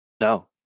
No